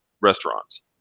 restaurants